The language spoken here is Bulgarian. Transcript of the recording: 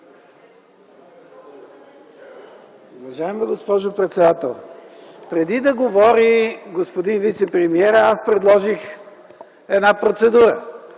преди да говори господин вицепремиерът, аз предложих една процедура,